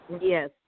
Yes